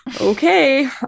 Okay